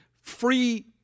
free